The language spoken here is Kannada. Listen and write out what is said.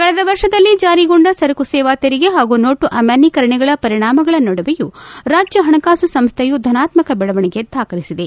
ಕಳೆದ ವರ್ಷದಲ್ಲಿ ಜಾರಿಗೊಂಡ ಸರಕು ಸೇವಾ ತೆರಿಗೆ ಪಾಗೂ ನೋಟು ಅಮಾನ್ನೀಕರಣಗಳ ಪರಿಣಾಮಗಳ ನಡುವೆಯೂ ರಾಜ್ಯ ಪಣಕಾಸು ಸಂಸ್ಥೆಯು ಧನಾತ್ಮಕ ಬೆಳವಣಿಗೆ ದಾಖಲಿಸಿದೆ